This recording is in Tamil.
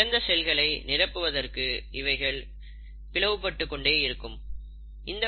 இழந்த செல்களை நிரப்புவதற்கு இவைகள் பிளவு பட்டுக்கொண்டே இருக்கவேண்டும்